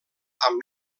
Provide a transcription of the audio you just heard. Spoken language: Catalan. amb